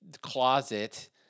closet